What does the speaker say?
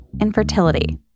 infertility